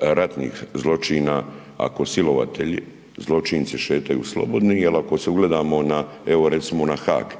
ratnih zločina, ako silovatelji zločinci šetaju slobodni jel ako se ugledamo na evo recimo na Haag.